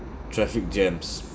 traffic jams